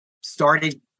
started